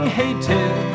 hated